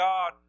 God